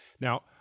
Now